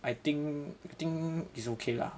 I think I think it's okay lah